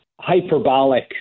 hyperbolic